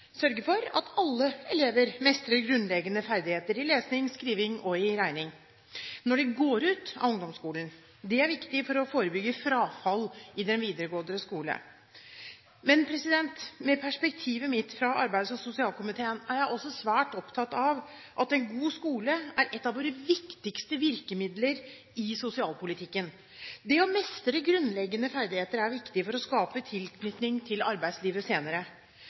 sørge for at alle elever mestrer grunnleggende ferdigheter i lesing, skriving og regning når de går ut av ungdomsskolen. Det er viktig for å forebygge frafall i den videregående skolen. Med perspektivet mitt fra arbeids- og sosialkomiteen er jeg også svært opptatt av at en god skole er et av våre viktigste virkemidler i sosialpolitikken. Det å mestre grunnleggende ferdigheter er viktig for å skape tilknytning til arbeidslivet senere.